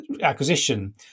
acquisition